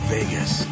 Vegas